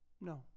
no